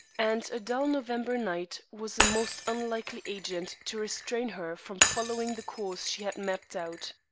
and a dull november night was a most unlikely agent to restrain her from following the course she had mapped out.